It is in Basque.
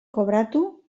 kobratu